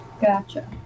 Gotcha